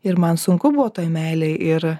ir man sunku buvo toj meilėj ir